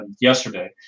yesterday